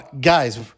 guys